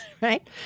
right